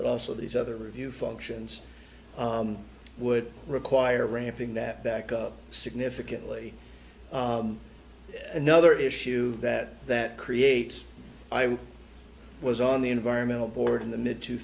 but also these other review functions would require ramping that back up significantly another issue that that creates i was on the environmental board in the mid two